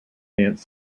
dance